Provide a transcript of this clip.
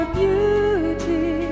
beauty